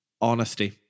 honesty